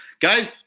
guys